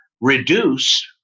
reduce